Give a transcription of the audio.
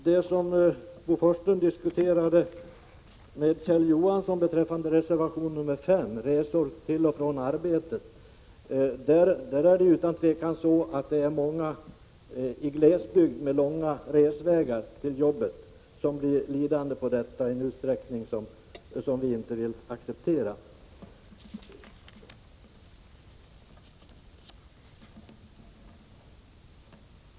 Sedan vänder sig Bo Forslund till Kjell Johansson med anledning av reservation 5 angående resor till och från arbetet. Många i glesbygden med långa resvägar till arbetet blir utan tvivel lidande i en utsträckning som vi inte kan acceptera.